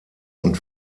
und